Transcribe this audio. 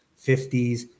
50s